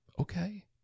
Okay